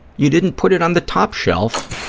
you didn't put it on the top shelf,